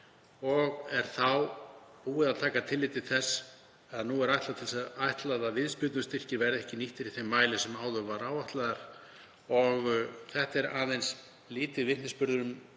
og er þá búið að taka tillit til þess að nú er áætlað að viðspyrnustyrkir verði ekki nýttir í þeim mæli sem þá var áætlað.“ Þetta er aðeins lítill vitnisburður um